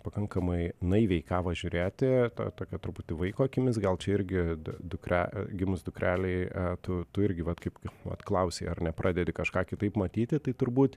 pakankamai naiviai į kavą žiūrėti tokio truputį vaiko akimis gal čia irgi d dukra e gimus dukrelei e tu tu irgi vat kaip vat klausei ar nepradedi kažką kitaip matyti tai turbūt